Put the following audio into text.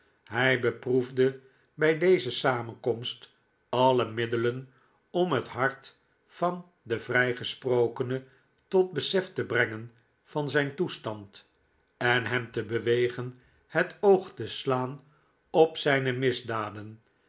hij beproefde bij deze samenkomst alle middelen om het hart van den yrijgesprokene tot besef te brengen van zijn toestand en hem te bewegen het oog te slaan op zijne misdaden